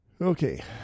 Okay